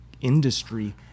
industry